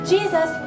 Jesus